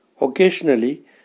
Occasionally